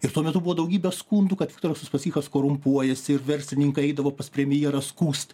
ir tuo metu buvo daugybė skundų kad viktoras uspaskichas korumpuoja visi verslininkai eidavo pas premjerą skųst